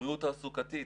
בריאות תעסוקתית.